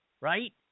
right